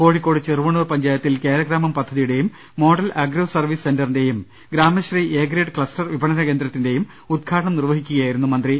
കോഴിക്കോട് ചെറുവണ്ണൂർ പഞ്ചായത്തിൽ കേരഗ്രാമം പദ്ധതിയുടെയും model agro service സെന്ററി ന്റെയും ഗ്രാമശ്രീ എ ഗ്രേഡ് ക്ലസ്റ്റർ വിപണനകേന്ദ്രത്തി ന്റെയും ഉദ്ഘാടനം നിർവഹിച്ചു സംസാരിക്കുകയായി രുന്നു അദ്ദേഹം